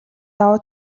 давуу